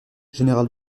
général